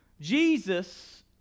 Jesus